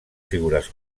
figures